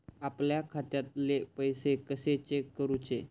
आपल्या खात्यातले पैसे कशे चेक करुचे?